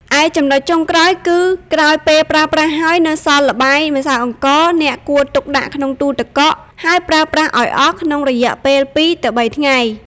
ឯចំណុចចុងក្រោយគឺ ក្រោយពេលប្រើប្រាស់ហើយ បើនៅសល់ល្បាយម្សៅអង្ករ អ្នកគួរទុកដាក់ក្នុងទូទឹកកក ហើយប្រើប្រាស់ឱ្យអស់ក្នុងរយៈពេល ២ ទៅ ៣ ថ្ងៃ។